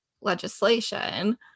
legislation